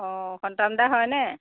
অঁ সন্তান দা হয় নে